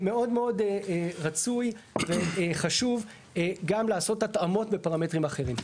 מאוד מאוד רצוי וחשוב גם לעשות התאמות בפרמטרים אחרים.